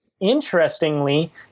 interestingly